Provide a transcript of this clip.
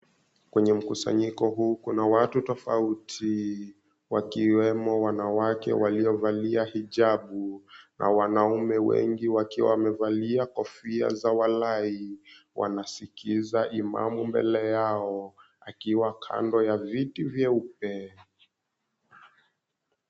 Kwenye mkusanyiko huu kuna watu tofauti, wakiwemo wanawake waliovalia hijabu na wanaume wengi wakiwa wamevalia kofia za walai. Wanasikiza imamu mbele yao akiwa kando ya viti vyeupe.